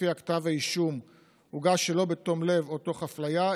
שלפיה "כתב האישום הוגש שלא בתום לב או תוך הפליה",